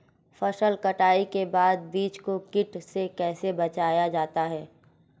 फसल कटाई के बाद बीज को कीट से कैसे बचाया जाता है?